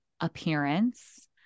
Appearance